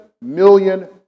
million